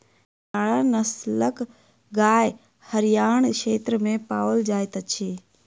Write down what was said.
हरयाणा नस्लक गाय हरयाण क्षेत्र में पाओल जाइत अछि